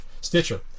Stitcher